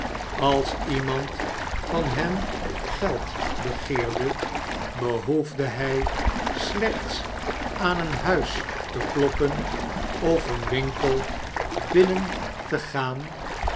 als iemand van hen geld begeerde be barnaby rudge hoefde hij slechts aan een huis te kloppen of een winkel binnen te gaan